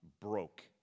broke